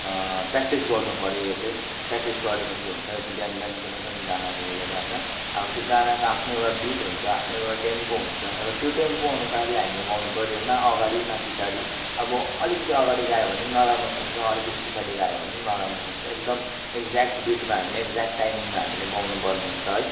practice गर्नुपर्यो यो चाहिँ प्र्याक्टिस गरेपछि हुन्छ यो चाहिँ बिहान बिहान कुनै पनि गाना लिएर होइन अब त्यो गानाको आफ्नो एउटा बिट हुन्छ आफ्नो एउटा टेम्पो हुन्छ र त्यो टेम्पो अनुसारले हामीले गाउनुपर्यो न अगाडि न पछाडि अब अलिकति अगाडि गायो भने पनि नराम्रो सुन्छ अलिकति पछाडि गायो भने पनि नराम्रो सुन्छ एकदम एक्जेक्ट बिटमा हामीले एक्जेक्ट टाइमिङमा हामीले गाउनुपर्ने हुन्छ है